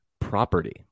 property